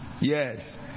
yes